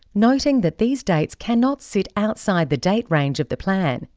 noting that these dates cannot sit outside the date range of the plan.